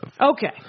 Okay